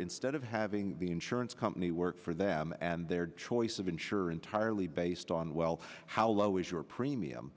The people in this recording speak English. instead of having the insurance company work for them and their choice of insurer entirely based on well how low is your premium